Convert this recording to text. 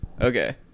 Okay